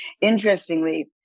interestingly